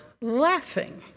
laughing